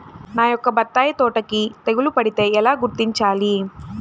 నా యొక్క బత్తాయి తోటకి తెగులు పడితే ఎలా గుర్తించాలి?